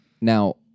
Now